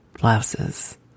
blouses